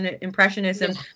impressionism